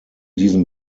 diesen